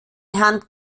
herrn